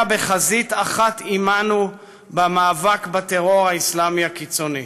בחזית אחת עמנו במאבק בטרור האסלאמי הקיצוני.